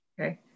Okay